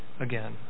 again